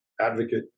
advocate